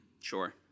Sure